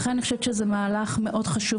לכן אני חושבת שזה מהלך מאוד חשוב